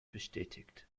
bestätigt